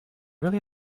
really